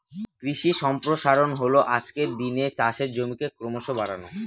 কৃষি সম্প্রসারণ হল আজকের দিনে চাষের জমিকে ক্রমশ বাড়ানো